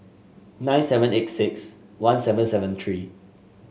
nine seven eight six one seven seven three